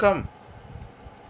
come